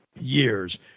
years